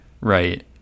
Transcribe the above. Right